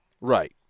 Right